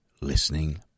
listening